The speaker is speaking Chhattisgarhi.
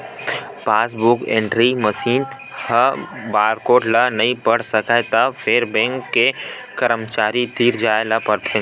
पासबूक एंटरी मसीन ह बारकोड ल नइ पढ़ सकय त फेर बेंक के करमचारी तीर जाए ल परथे